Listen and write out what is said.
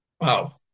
wow